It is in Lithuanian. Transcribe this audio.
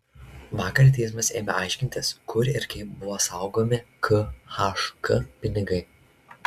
vakar teismas ėmė aiškintis kur ir kaip buvo saugomi khk pinigai